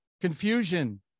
confusion